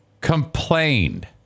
Complained